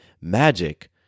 magic